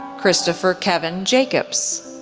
christopher kevin jacobs,